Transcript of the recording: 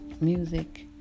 music